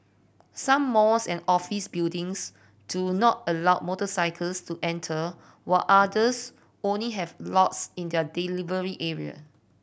some malls and office buildings do not allow motorcycles to enter while others only have lots in their delivery area